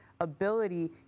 ability